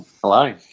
hello